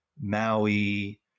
Maui